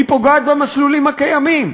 היא פוגעת במסלולים הקיימים.